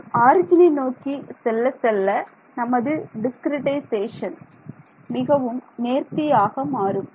நான் ஆர்ஜினை நோக்கி செல்ல செல்ல நமது டிஸ்கிரிட்டைசேஷன் மிகவும் நேர்த்தியாக நேர்த்தியாக மாறும்